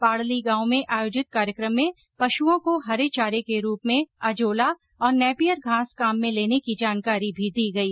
पाडली गांव में आयोजित कार्यक्रम में पशुओं को हरे चारे के रूप में अजोला और नैपियर घास काम में लेने की जानकारी भी दी गई